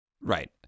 Right